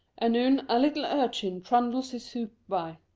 anon, a little urchin trundles his hoop by